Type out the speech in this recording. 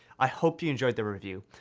i hope you enjoyed the review.